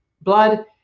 blood